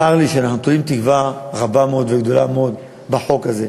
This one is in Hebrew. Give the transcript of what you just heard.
צר לי שאנחנו תולים תקווה רבה מאוד וגדולה מאוד בחוק הזה.